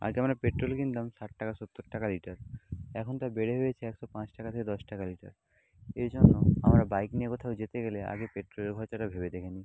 আগে আমরা পেট্রোল কিনতাম ষাট টাকা সত্তর টাকা লিটার এখন তা বেড়ে হয়েছে একশো পাঁচ টাকা থেকে দশ টাকা লিটার এই জন্য আমরা বাইক নিয়ে কোথাও যেতে গেলে আগে পেট্রোলের খরচাটা ভেবে দেখে নিই